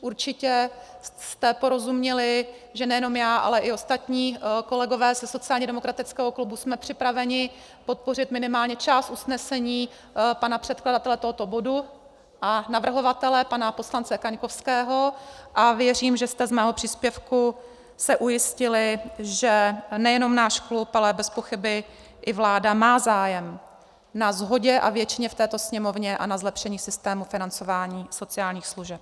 Určitě jste porozuměli, že nejenom já, ale i ostatní kolegové ze sociálně demokratického klubu jsme připraveni podpořit minimálně část usnesení pana předkladatele tohoto bodu a navrhovatele pana poslance Kaňkovského, a věřím, že jste z mého příspěvku se ujistili, že nejenom náš klub, ale bezpochyby i vláda má zájem na shodě a většině v této Sněmovně a na zlepšení systému financování sociálních služeb.